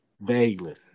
Vaguely